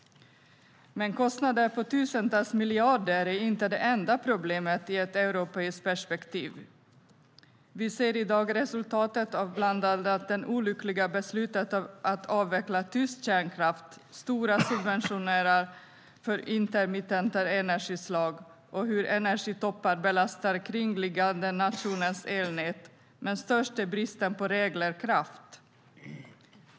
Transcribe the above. Men kostnader på tusentals miljarder är inte det enda problemet i ett europeiskt perspektiv. Vi ser i dag resultatet av bland annat det olyckliga beslutet att avveckla tysk kärnkraft, nämligen stora subventioner för intermittenta energislag och energitoppar som belastar kringliggande nationers elnät, men störst är bristen på reglerkraft.